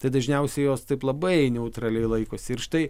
tai dažniausiai jos taip labai neutraliai laikosi ir štai